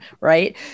Right